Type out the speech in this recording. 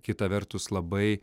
kita vertus labai